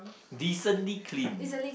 decently clean